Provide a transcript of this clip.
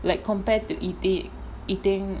like compared to eating eating